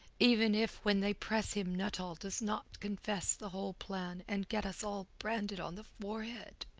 even if when they press him nuttall does not confess the whole plan and get us all branded on the forehead.